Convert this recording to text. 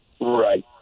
Right